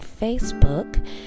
facebook